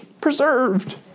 preserved